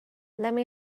lemme